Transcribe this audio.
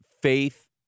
faith